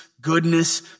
goodness